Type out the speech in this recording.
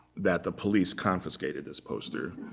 that the police confiscated this poster.